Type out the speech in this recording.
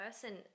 person